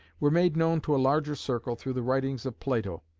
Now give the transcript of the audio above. were made known to a larger circle through the writings of plato.